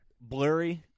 Blurry